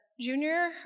junior